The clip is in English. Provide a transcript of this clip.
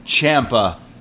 Champa